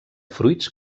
fruits